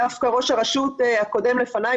דווקא ראש הרשות הקודם לפניי,